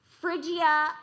Phrygia